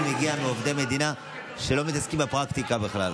מגיעים מעובדי מדינה שלא מתעסקים בפרקטיקה בכלל.